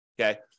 okay